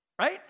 right